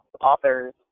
authors